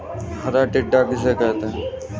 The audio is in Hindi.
हरा टिड्डा किसे कहते हैं?